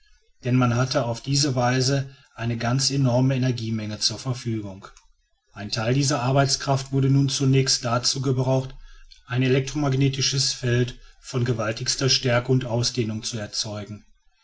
denn man hatte auf diese weise eine ganz enorme energiemenge zur verfügung ein teil dieser arbeitskraft wurde nun zunächst dazu gebraucht ein elektromagnetisches feld von gewaltigster stärke und ausdehnung zu erzeugen